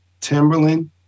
Timberland